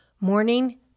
Morning